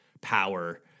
power